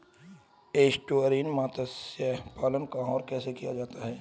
Estuarine मत्स्य पालन कहां और कैसे किया जाता है?